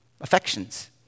affections